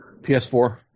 PS4